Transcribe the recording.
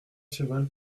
cheval